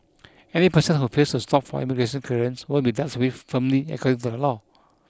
any person who fails to stop for immigration clearance will be dealt with firmly according to the law